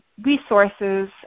resources